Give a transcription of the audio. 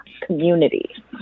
community